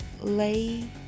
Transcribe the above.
lay